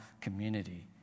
community